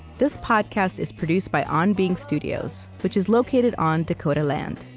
this podcast is produced by on being studios, which is located on dakota land.